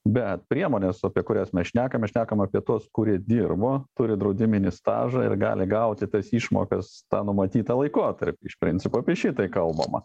bet priemonės apie kurias mes šnekame šnekam apie tuos kurie dirbo turi draudiminį stažą ir gali gauti tas išmokas tą numatytą laikotarpį iš principo apie šitai kalbama